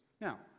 Now